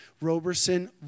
Roberson